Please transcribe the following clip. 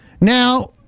Now